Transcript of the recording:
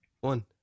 one